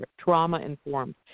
trauma-informed